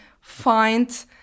find